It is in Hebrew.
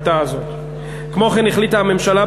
כמו כן החליטה הממשלה,